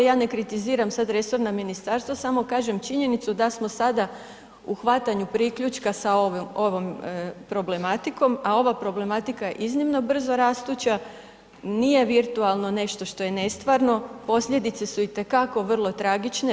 Ja ne kritiziram sada resorna ministarstva, samo kažem činjenicu da smo sada u hvatanju priključka sa ovom problematiko, a ova problematika je iznimno brzo rastuća, nije virtualno nešto što je nestvarno, posljedice su itekako vrlo tragične.